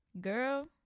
Girl